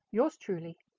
yours truly,